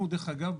דרך אגב,